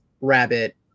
Rabbit